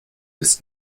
ist